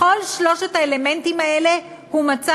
בכל שלושת האלמנטים האלה הוא מצא